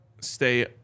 stay